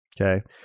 okay